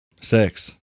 six